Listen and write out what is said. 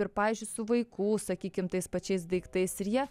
ir pavyzdžiui su vaikų sakykim tais pačiais daiktais ir jie